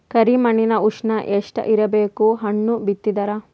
ಕರಿ ಮಣ್ಣಿನ ಉಷ್ಣ ಎಷ್ಟ ಇರಬೇಕು ಹಣ್ಣು ಬಿತ್ತಿದರ?